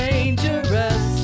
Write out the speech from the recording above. Dangerous